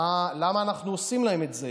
למה אנחנו עושים להם את זה?